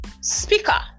speaker